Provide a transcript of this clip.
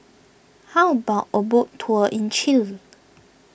how about a boat tour in Chile